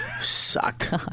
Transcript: sucked